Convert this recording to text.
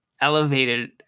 elevated